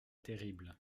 terrible